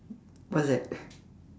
what's that